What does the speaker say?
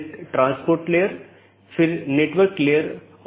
autonomous system संगठन द्वारा नियंत्रित एक इंटरनेटवर्क होता है